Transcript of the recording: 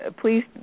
please